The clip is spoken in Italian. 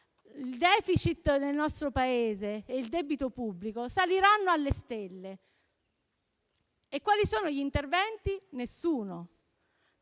il *deficit* e il debito pubblico saliranno alle stelle. E quali sono gli interventi? Nessuno,